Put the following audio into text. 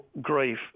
grief